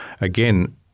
again